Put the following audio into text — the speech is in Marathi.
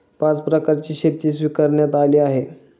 पाच प्रकारची शेती स्वीकारण्यात आली आहे